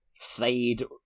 fade